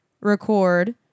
record